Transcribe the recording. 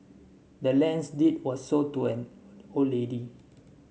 the land's deed was sold to an old lady